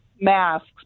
masks